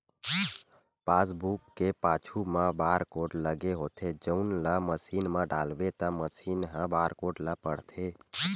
passbook के पाछू म बारकोड लगे होथे जउन ल मसीन म डालबे त मसीन ह बारकोड ल पड़थे